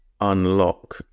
unlock